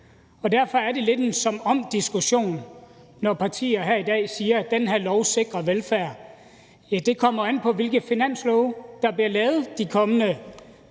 Derfor er det lidt en som om-diskussion, når partier her i dag siger, at den her lov sikrer velfærd. Det kommer jo an på, hvilke finanslove der bliver lavet de kommende